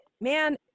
man